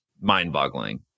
mind-boggling